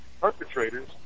perpetrators